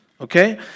okay